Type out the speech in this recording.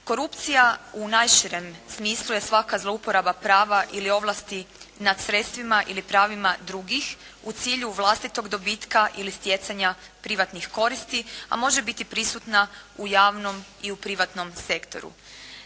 Korupcija u najširem smislu je svaka zlouporaba prava ili ovlasti nad sredstvima ili pravima drugih u cilju vlastitog dobitka ili stjecanja privatnih koristi, a može biti prisutna u javnom i u privatnom sektoru.